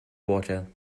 water